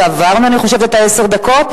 ועברנו אני חושבת את עשר הדקות.